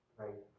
right